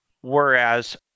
Whereas